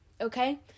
Okay